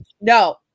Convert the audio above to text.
No